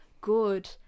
good